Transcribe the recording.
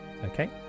Okay